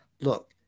look